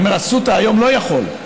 אני אומר שאסותא היום לא יכול.